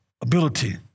Ability